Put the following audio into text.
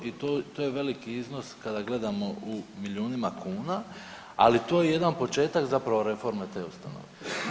I to je veliki iznos kada gledamo u milijunima kuna, ali to je jedan početak reforme te ustanove.